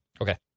Okay